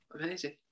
Amazing